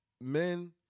men